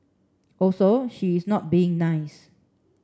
also she is not being nice